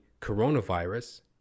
coronavirus